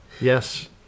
Yes